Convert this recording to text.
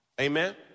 Amen